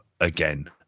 again